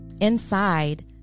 Inside